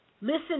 Listen